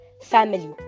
family